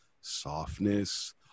softness